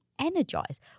energize